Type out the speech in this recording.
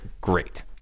great